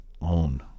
own